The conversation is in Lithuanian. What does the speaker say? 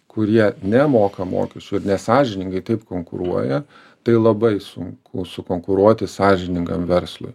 kurie nemoka mokesčių ir nesąžiningai taip konkuruoja tai labai sunku konkuruoti sąžiningam verslui